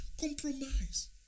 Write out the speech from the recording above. Compromise